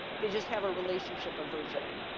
they just have a relationship of versioning.